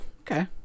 okay